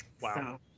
Wow